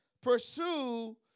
Pursue